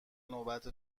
نوبت